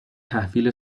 تحویل